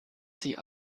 sie